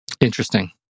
Interesting